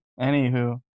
Anywho